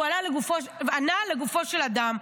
הוא ענה לגופו של אדם.